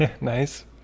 Nice